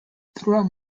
throughout